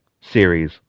series